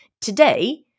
Today